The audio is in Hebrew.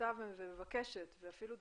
רוצה ומבקשת ואפילו דורשת,